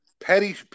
Petty